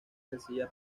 sencilla